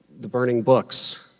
the burning books,